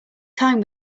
time